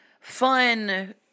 fun